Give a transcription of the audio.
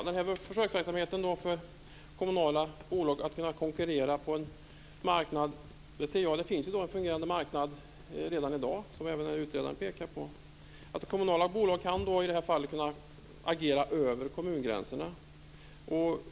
Fru talman! Försöksverksamheten för kommunala bolag gäller att kunna konkurrera på en marknad. Utredaren pekar på att det finns en fungerande marknad redan i dag. Kommunala bolag kan då agera över kommungränserna.